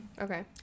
Okay